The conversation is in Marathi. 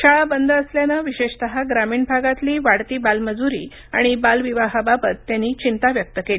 शाळा बंद असल्याने विशेषतः ग्रामीण भागातली वाढती बालमजुरी आणि बाल विवाहाबाबत त्यांनी चिंता व्यक्त केली